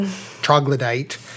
troglodyte